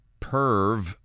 Perv